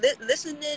listening